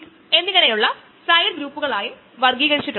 സജീവ സൈറ്റുകൾ മാറുകയാണെങ്കിൽ എൻസൈമുകൾ നിർജ്ജീവമാകും